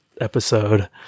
episode